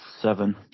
seven